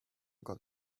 got